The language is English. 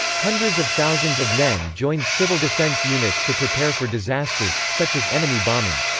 hundreds of thousands of men joined civil defense units to prepare for disasters, such as enemy bombing.